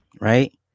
right